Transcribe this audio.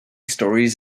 stories